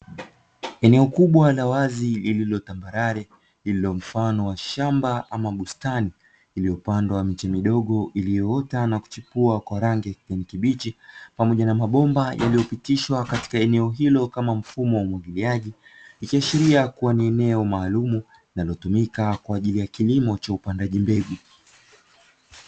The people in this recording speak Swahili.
Eneo kubwa la wazi lililo tamabarare, lililo mfano wa shamba ama bustani; iliyopandwa miche midogo iliyoota na kuchipua kwa rangi ya kijani kibichi, pamoja na mabomba yaliyopitishwa katika eneo hilo kama mfumo wa umwagiliaji; ikiashiria kuwa ni eneo maalumu linalotumika kwa ajili ya kilimo cha upandaji mbegu.